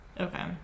Okay